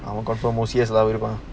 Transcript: I won't confirm O_C_S lah